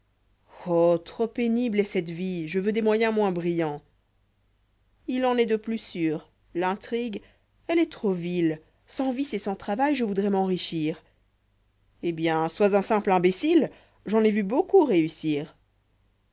trop pénible est cette vie je veux des moyens moins brillants il en est de plus sûrs l'intrigue elle est trop vile sans vice et sans travail je voudrais m'enrichir eh bien sois un simple imbécile j'en ai vu beaucoup réussir